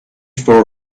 for